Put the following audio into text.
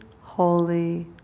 holy